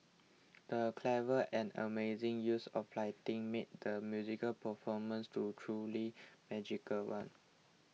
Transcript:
the clever and amazing use of lighting made the musical performance to truly magical one